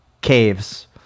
caves